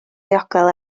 ddiogel